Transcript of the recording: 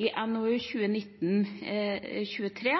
I NOU 2019: 23